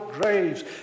graves